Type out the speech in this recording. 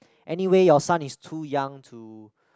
anyway your son is too young to